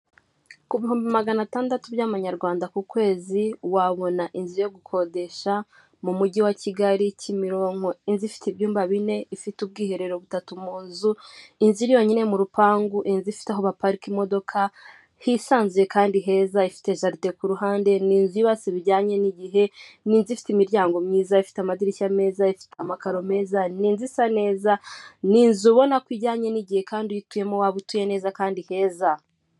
ku bihumbi magana atandatu by'amanyarwanda ku kwezi wabona inzu yo gukodesha mu mujyi wa kigali kimironko, inzu ifite ibyumba bine ifite ubwiherero butatu munzu ,inzu iri yonyine mu rupangu inzu ifite aho baparika imodoka hisanzuye kandi heza ,ifite jaride kuhande ni nzu yubatse bijyanye n'igihe ifite imiryango myiza ifite amadirishya meza, amakaro meza ni nzu isa neza, ni inzu ubona ko ijyanye n'igihe kandi utuyemo waba utuye neza kandi heza.